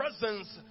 presence